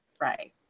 Right